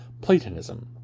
Platonism